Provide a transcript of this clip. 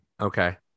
Okay